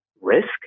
risk